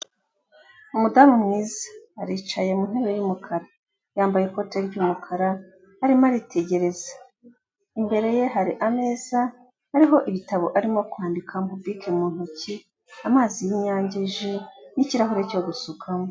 Umudamu mwiza aricaye mu ntebe y'umukara yambaye ikoti ry'umukara arimo aritegereza, imbere ye hari ameza ariho ibitabo arimo kwandikamo, mobike mu ntoki amazi y'inyange, ji n'kirahure cyo gusukamo.